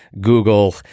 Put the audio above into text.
Google